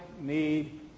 need